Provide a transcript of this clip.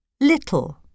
Little